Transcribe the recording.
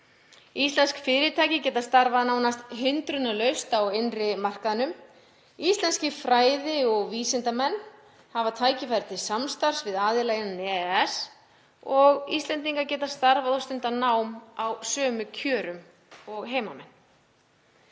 Íslensk fyrirtæki geta starfað nánast hindrunarlaust á innri markaðnum. Íslenskir fræði- og vísindamenn hafa tækifæri til samstarfs við aðila innan EES og Íslendingar geta starfað og stundað nám á sömu kjörum og heimamenn.